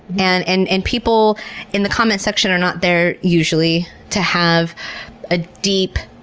and and and people in the comments section are not there usually to have a deep,